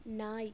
நாய்